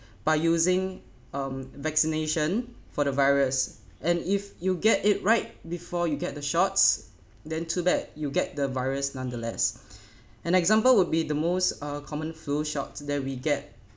by using a vaccination for the virus and if you get it right before you get the shots then too bad you get the virus nonetheless an example would be the most are a common flu shots that we get